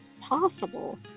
possible